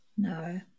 No